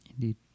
Indeed